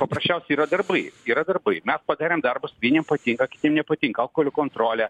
paprasčiausiai yra darbai yra darbai mes padarėm darbus vieniem patinka kitiem nepatinka alkolio kontrolė